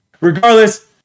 regardless